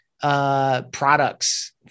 products